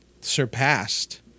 surpassed